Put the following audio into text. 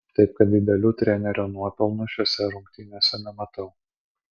taip kad didelių trenerio nuopelnų šiose rungtynėse nematau